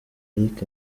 eric